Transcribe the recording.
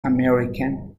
american